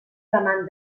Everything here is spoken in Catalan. demanda